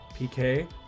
PK